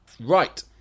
Right